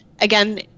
Again